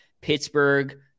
Pittsburgh